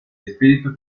espíritu